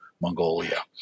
Mongolia